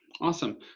Awesome